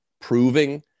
proving